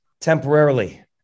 temporarily